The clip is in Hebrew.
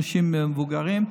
אנשים מבוגרים,